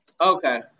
Okay